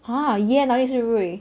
!huh! 也那里是睿